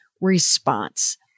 response